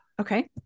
Okay